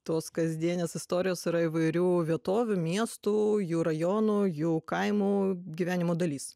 tos kasdienės istorijos yra įvairių vietovių miestų jų rajonų jų kaimų gyvenimo dalys